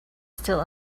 still